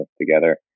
together